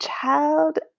child